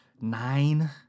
nine